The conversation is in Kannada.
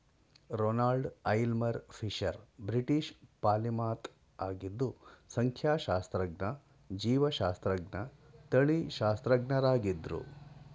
Ronald Aylmer Fisher British polymath ಆಗಿದ್ದು ಸಂಖ್ಯಾಶಾಸ್ತ್ರಜ್ಞ ಜೀವಶಾಸ್ತ್ರಜ್ಞ ತಳಿಶಾಸ್ತ್ರಜ್ಞರಾಗಿದ್ರು